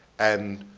and